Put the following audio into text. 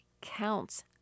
counts